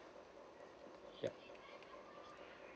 ya